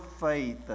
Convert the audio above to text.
faith